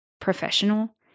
professional